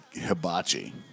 Hibachi